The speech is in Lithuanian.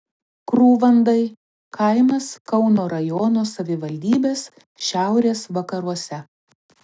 krūvandai kaimas kauno rajono savivaldybės šiaurės vakaruose